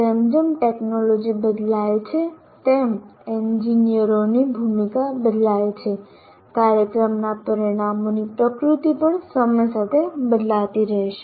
જેમ જેમ ટેકનોલોજી બદલાય છે તેમ એન્જિનિયરોની ભૂમિકા બદલાય છે કાર્યક્રમના પરિણામોની પ્રકૃતિ પણ સમય સાથે બદલાતી રહેશે